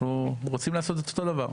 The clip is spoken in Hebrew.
אנחנו רוצים לעשות את אותו דבר.